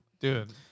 Dude